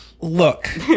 Look